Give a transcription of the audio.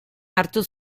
hartu